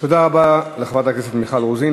תודה רבה לחברת הכנסת מיכל רוזין.